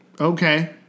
Okay